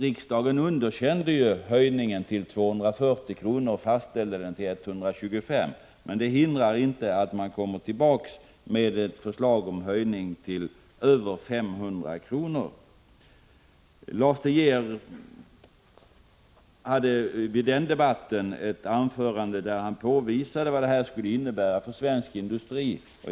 Riksdagen underkände tidigare en höjning till 240 kr. och fastställde den till 125 kr. Men det hindrar inte att regeringen kommer tillbaka med ett förslag om höjning till över 500 kr. Lars De Geer höll vid den debatten ett anförande där han påvisade vad en sådan skattehöjning skulle innebära för svensk industri.